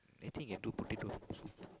I think you can do potato soup